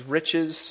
riches